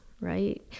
right